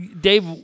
Dave